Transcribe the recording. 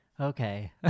okay